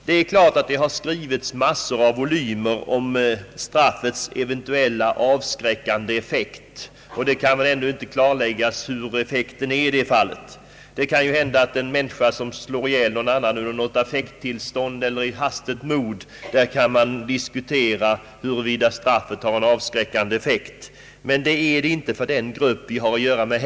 Massor av volymer har skrivits om straffets eventuella avskräckande effekt. Hur pass stor effekten är torde vara svårt att avgöra. Om en människa slår ihjäl någon annan under ett affekttillstånd eller i hastigt mod, kan det diskuteras huruvida straffet har en avskräckande effekt. Men detta gäller inte för den grupp vi här har att göra med.